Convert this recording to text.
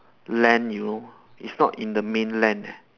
land you know it's not in the mainland leh